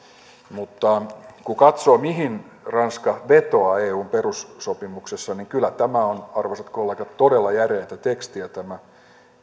mutta kun katsoo mihin ranska vetoaa eun perussopimuksessa niin kyllä tämä on arvoisat kollegat todella järeätä tekstiä tämä